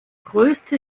größte